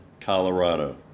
Colorado